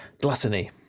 gluttony